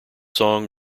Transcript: song